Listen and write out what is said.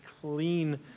clean